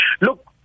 Look